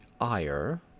ire